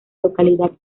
localidad